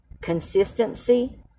Consistency